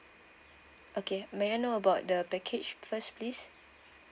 okay may I know about the package first please